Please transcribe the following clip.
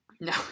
No